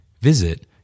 Visit